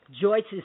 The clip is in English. Joyce's